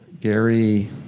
gary